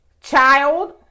Child